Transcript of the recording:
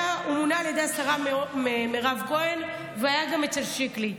הוא מונה על ידי השרה מירב כהן והיה גם אצל שיקלי,